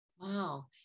Wow